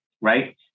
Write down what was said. right